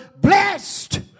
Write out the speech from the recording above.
blessed